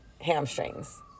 hamstrings